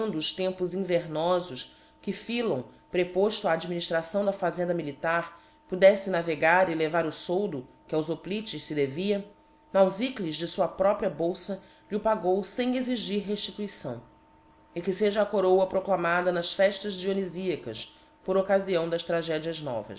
os tempos invemofos que philon prepofto á adminillração da fazenda militar podefle navegar e levar o foldo que aos hoplites fe devia nauficles de fua própria bolfa lh'o pagou fem exigir reftituição e que feja a coroa proclamada nas feílas dionyíiacas por occafião das tragedias novas